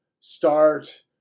start